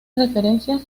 referencias